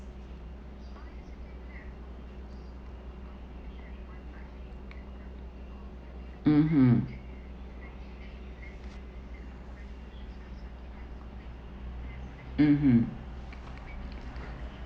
mmhmm mmhmm